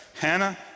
Hannah